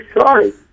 sorry